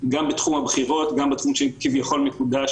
גם מימין וגם משמאל.